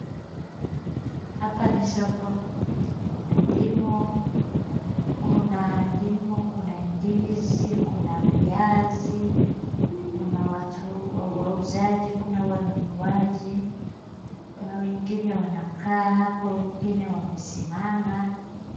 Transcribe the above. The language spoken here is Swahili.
Hapa ni soko, kuna ndimu, kuna ndimu , kuna ndizi, kuna viazi, kuna watu wauzaji, kuna wanunuaji, kuna wengine wanakaa hapo, wengine wanasimama.